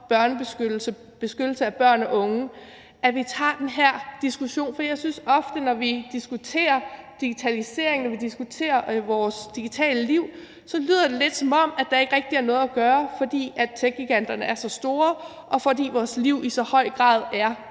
beskyttelse af børn og unge, tager den her diskussion, for jeg synes ofte, at det, når vi diskuterer digitalisering, og når vi diskuterer vores digitale liv, så lyder lidt, som om der ikke rigtig er noget at gøre, fordi techgiganterne er så store, og fordi vores liv i så høj grad er